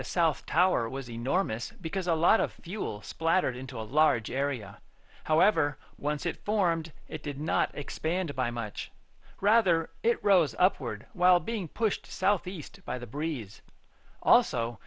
the south tower was enormous because a lot of fuel splattered into a large area however once it formed it did not expand by much rather it rose upward while being pushed southeast by the breeze also